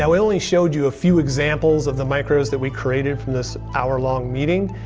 um only showed you a few examples of the micros that we created from this hour-long meeting,